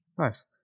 Nice